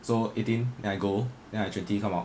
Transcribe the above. so eighteen then I go then I twenty come out